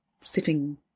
Sitting